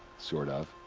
sort of.